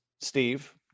Steve